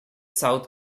south